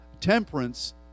Temperance